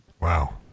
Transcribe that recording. Wow